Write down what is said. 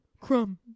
crumb